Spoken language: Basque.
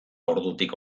ordutik